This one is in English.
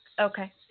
Okay